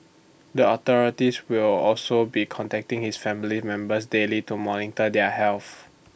the authorities will also be contacting his family members daily to monitor their health